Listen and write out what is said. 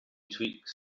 tweaks